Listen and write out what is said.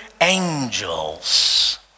angels